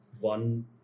one